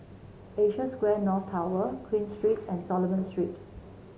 Asia Square North Tower Queen Street and Solomon Street